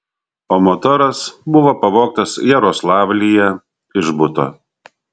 o motoras buvo pavogtas jaroslavlyje iš buto